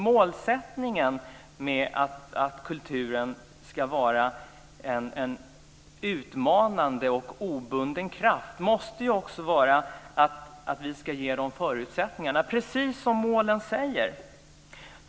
Målsättningen med att kulturen ska vara en utmanande och obunden kraft måste ju också vara att vi ska ge förutsättningar, precis som målen säger.